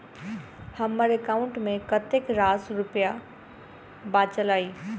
हम्मर एकाउंट मे कतेक रास रुपया बाचल अई?